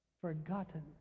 Forgotten